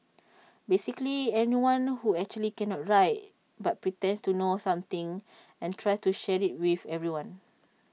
basically anyone who actually cannot write but pretends to know something and tries to share IT with everyone